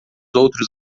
outros